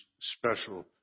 special